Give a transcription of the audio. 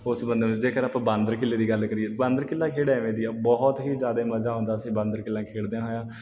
ਉਸ ਬੰਦੇ ਨੂੰ ਜੇਕਰ ਆਪਾਂ ਬਾਂਦਰ ਕੀਲੇ ਦੀ ਗੱਲ ਕਰੀਏ ਬਾਂਦਰ ਕਿੱਲਾ ਖੇਡ ਐਂਵੇ ਦੀ ਹੈ ਬਹੁਤ ਹੀ ਜ਼ਿਆਦੇ ਮਜ਼ਾ ਆਉਂਦਾ ਅਸੀਂ ਬਾਂਦਰ ਕੀਲਾ ਖੇਡਦੇ ਹੋਇਆ